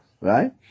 right